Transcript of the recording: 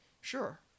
Sure